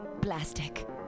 plastic